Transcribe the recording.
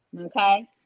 okay